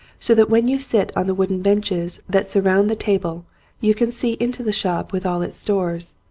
so that when you sit on the wooden benches that sur round the table you can see into the shop with all its stores.